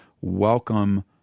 welcome